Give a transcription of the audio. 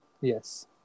Yes